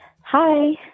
Hi